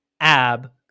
Ab